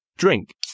drink